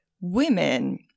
women